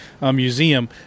museum